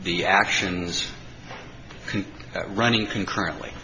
the actions running concurrently